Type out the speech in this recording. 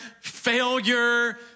failure